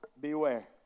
Beware